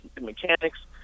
mechanics